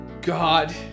God